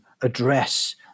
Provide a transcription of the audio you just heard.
address